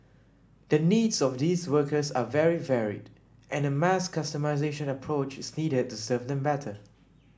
the needs of these workers are very varied and a mass customisation approach is needed to serve them better